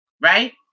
Right